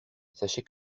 sachez